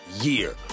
year